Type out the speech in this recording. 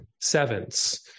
sevens